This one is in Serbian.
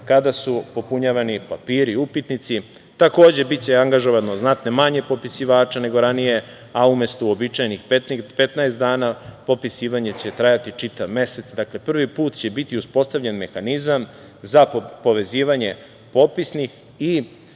kada su popunjavani papiri, upitnici. Takođe, biće angažovano znatno manje popisivača, nego ranije, a umesto uobičajenih 15 dana, popisivanje će trajati čitav mesec. Dakle, prvi put će biti uspostavljen mehanizam za povezivanje popisnih i